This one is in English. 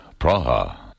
Praha